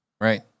Right